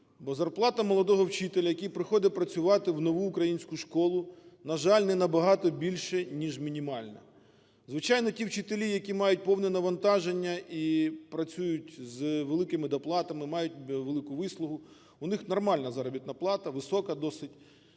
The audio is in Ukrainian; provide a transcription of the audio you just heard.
Бо зарплата молодого вчителя, який приходить працювати в нову українську школу, на жаль, не набагато більша, ніж мінімальна. Звичайно, ті вчителі, які мають повне навантаження і працюють з великими доплатами, мають велику вислугу, у них нормальна заробітна плата, висока досить,